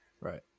right